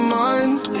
mind